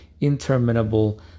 interminable